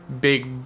big